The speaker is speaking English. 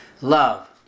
Love